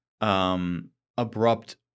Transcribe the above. abrupt